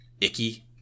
icky